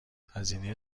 هزینه